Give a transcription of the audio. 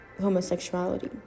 homosexuality